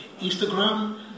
Instagram